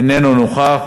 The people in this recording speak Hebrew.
איננו נוכח,